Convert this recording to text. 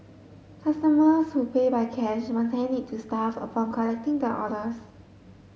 customers who pay by cash must hand it to staff upon collecting their orders